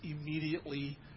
immediately